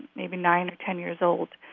maybe nine or ten years old.